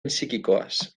psikikoaz